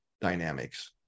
dynamics